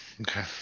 Okay